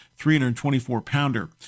324-pounder